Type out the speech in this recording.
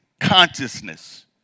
consciousness